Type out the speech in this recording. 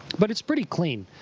but it's pretty clean.